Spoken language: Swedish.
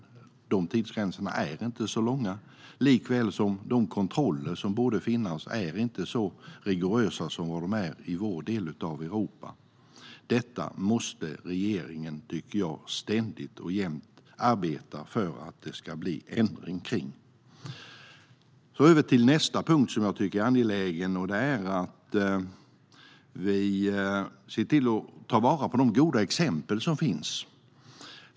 De tillåtna tidslängderna är inte så korta som här, och de kontroller som görs är inte så rigorösa som de är i vår del av Europa. Detta måste regeringen, tycker jag, ständigt och jämt arbeta för att det ska bli ändring på. Jag går över till nästa punkt som jag tycker är angelägen, och det är att vi ska ta vara på de goda exempel som finns.